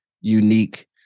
unique